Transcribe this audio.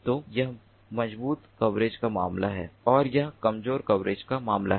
तो यह मजबूत कवरेज का मामला है और यह कमजोर कवरेज का मामला है